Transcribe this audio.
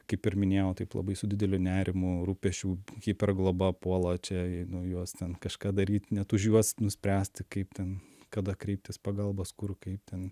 kaip ir minėjau taip labai su dideliu nerimu rūpesčiu hipergloba puola čia nu juos ten kažką daryt net už juos nuspręsti kaip ten kada kreiptis pagalbos kur kaip ten